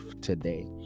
today